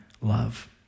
love